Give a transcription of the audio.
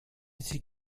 sie